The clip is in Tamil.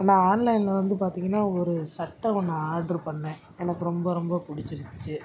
நான் ஆன்லைனில் வந்து பார்த்தீங்கனா ஒரு சட்டை ஒன்று ஆர்ட்ரு பண்ணிணேன் எனக்கு ரொம்ப ரொம்ப பிடிச்சிருந்ச்சி